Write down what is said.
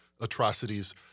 atrocities